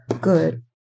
Good